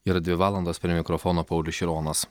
yra dvi valandos prie mikrofono paulius šironas